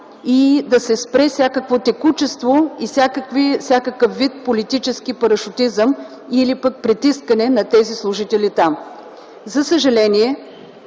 и да се спре всякакво текучество и всякакъв вид политически парашутизъм, или пък притискане на тези служители там. За съжаление,